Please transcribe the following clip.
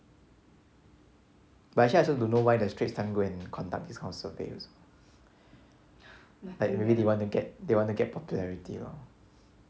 but actually I also don't know why the straits times go and conduct this kind of survey also like maybe they want to get they want to get popularity lor